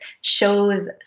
shows